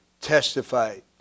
testified